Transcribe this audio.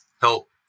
help